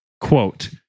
quote